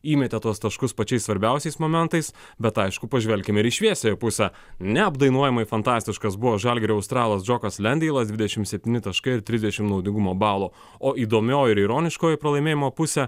įmetė tuos taškus pačiais svarbiausiais momentais bet aišku pažvelkime į šviesiąją pusę neapdainuojamai fantastiškas buvo žalgirio australas džokas leideilas dvidešimt septyni taškai ir trisdešimt naudingumo balo o įdomioji ir ironiškoji pralaimėjimo pusė